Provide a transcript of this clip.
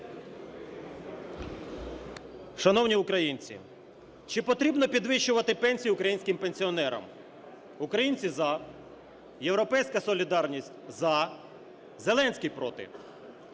Шановні українці, чи потрібно підвищувати пенсії українським пенсіонерам? Українці – за, "Європейська солідарність" – за, Зеленський – проти.